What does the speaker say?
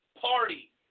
Party